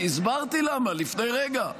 הסברתי למה לפני רגע.